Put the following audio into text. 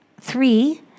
Three